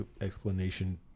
explanation